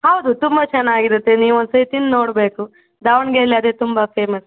ಹೌದು ತುಂಬ ಚೆನ್ನಾಗಿರುತ್ತೆ ನೀವೊಂದು ಸತಿ ತಿಂದು ನೋಡಬೇಕು ದಾವಣಗೆರೆಲಿ ಅದೇ ತುಂಬ ಫೇಮಸ್ಸು